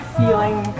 feeling